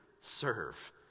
serve